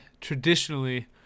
traditionally